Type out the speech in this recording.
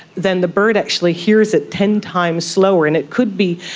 then the bird actually hears it ten times slower and it could be,